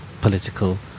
political